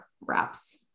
wraps